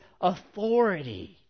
authority